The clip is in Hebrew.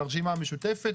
של הרשימה המשותפת,